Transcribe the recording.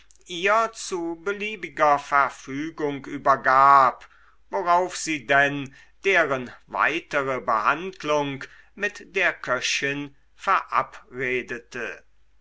ihr zu beliebiger verfügung übergab worauf sie denn deren weitere behandlung mit der köchin verabredete